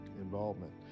involvement